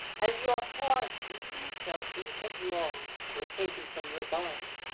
and your heart, even, shall beat as long when taken from your body.